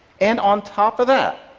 and on top of that,